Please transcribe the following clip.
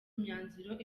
imyanzuro